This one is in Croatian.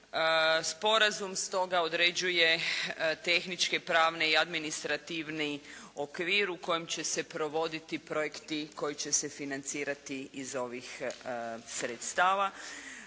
Sporazum stoga određuje tehničke, pravne i administrativni okvir u kojem će se provoditi projekti koji će se financirati iz ovih sredstava